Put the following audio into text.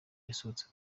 yasohotse